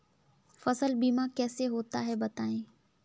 फसल बीमा कैसे होता है बताएँ?